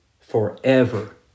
forever